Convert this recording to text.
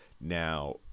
Now